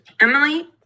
Emily